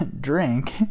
drink